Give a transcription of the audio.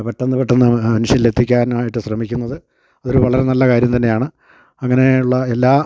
പെട്ടെന്ന് പെട്ടെന്ന് ആ മനുഷ്യരിലെത്തിക്കാനായിട്ട് ശ്രമിക്കുന്നത് അതൊരു വളരെ നല്ല കാര്യം തന്നെയാണ് അങ്ങനെയുള്ള എല്ലാ